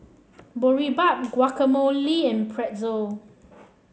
Boribap Guacamole and Pretzel